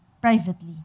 privately